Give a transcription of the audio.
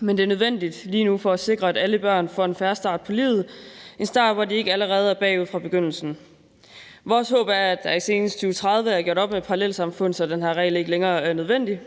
men det er nødvendigt lige nu for at sikre, at alle børn får en fair start på livet, en start, hvor de ikke allerede er bagud fra begyndelsen. Vores håb er, at der senest i 2030 er gjort op med parallelsamfund, så den her regel ikke længere er nødvendig.